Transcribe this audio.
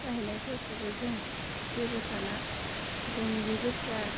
थाहैनायफोरखौबो जों जेबो साना बयनिबो गोसोआ